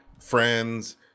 friends